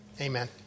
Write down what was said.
amen